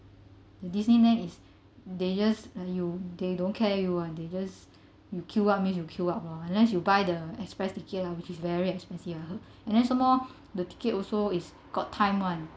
the Disneyland they just !aiyo! they don't care you [one] they just you queue up means you queue up lor unless you buy the express ticket lah which is very expensive I heard and then some more the ticket also is got time one